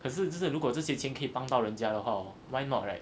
可是真的如果这些钱可以帮到人话 hor why not right